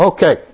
Okay